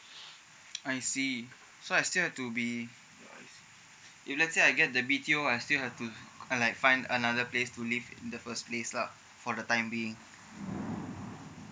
I see so I still have to be if lets say I get the B_T_O I still have to I like find another place to live in the first place lah for the time being